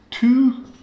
Two